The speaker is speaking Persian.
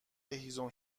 هیزم